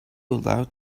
allowed